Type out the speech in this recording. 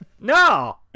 No